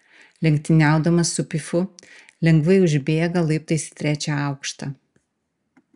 lenktyniaudamas su pifu lengvai užbėga laiptais į trečią aukštą